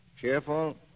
Cheerful